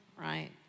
right